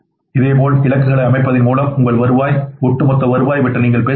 இதேபோல் இலக்குகளை அமைப்பதன் மூலம் உங்கள் வருவாய் ஒட்டுமொத்த வருவாய் பற்றி நீங்கள் பேசுகிறீர்கள்